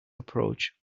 approach